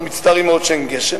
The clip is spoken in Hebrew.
אנחנו מצטערים מאוד שאין גשם,